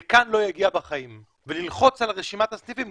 לכאן בחיים לא יגיע וללחוץ על רשימת הסניפים,